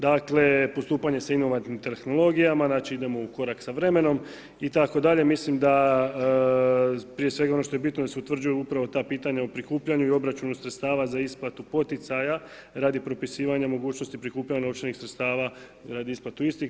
Dakle, postupanje sa inovativnim tehnologijama, znači idemo u korak sa vremenom itd. mislim da prije svega ono što je bitno da se utvrđuje upravo ta pitanja o prikupljanju i obračunu sredstava za isplatu poticaja radi propisivanja mogućnosti prikupljanja novčanih sredstava radi isplate istih.